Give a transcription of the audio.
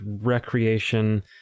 recreation